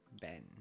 Ben